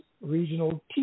regional